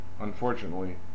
Unfortunately